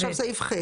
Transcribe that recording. עכשיו סעיף (ח).